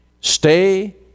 Stay